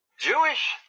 Jewish